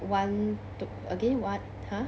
one two again what !huh!